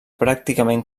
pràcticament